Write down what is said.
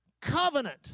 covenant